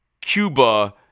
Cuba